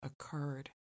occurred